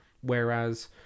Whereas